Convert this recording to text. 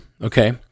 okay